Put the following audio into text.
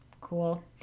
Cool